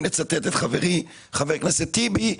אם אצטט את חברי חבר הכנסת טיבי,